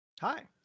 Hi